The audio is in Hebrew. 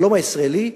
החלום הישראלי,